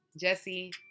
Jesse